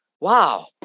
wow